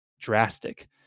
drastic